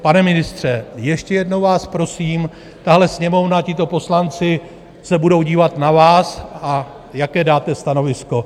Pane ministře, ještě jednou vás prosím, tahle Sněmovna, tito poslanci, se budou dívat na vás, jaké dáte stanovisko.